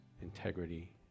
integrity